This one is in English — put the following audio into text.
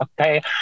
Okay